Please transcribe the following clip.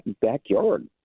backyard